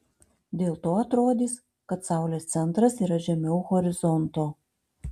dėl to atrodys kad saulės centras yra žemiau horizonto